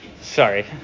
sorry